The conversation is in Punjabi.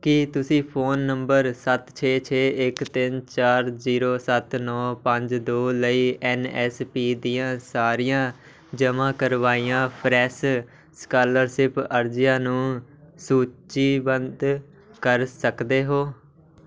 ਕੀ ਤੁਸੀਂ ਫ਼ੋਨ ਨੰਬਰ ਸੱਤ ਛੇ ਛੇ ਇੱਕ ਤਿੰਨ ਚਾਰ ਜੀਰੋ ਸੱਤ ਨੌ ਪੰਜ ਦੋ ਲਈ ਐੱਨ ਐੱਸ ਪੀ ਦੀਆਂ ਸਾਰੀਆਂ ਜਮ੍ਹਾਂ ਕਰਵਾਈਆਂ ਫਰੈਸ ਸਕਾਲਰਸ਼ਿਪ ਅਰਜ਼ੀਆਂ ਨੂੰ ਸੂਚੀਬੱਧ ਕਰ ਸਕਦੇ ਹੋ